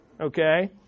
okay